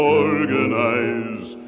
organize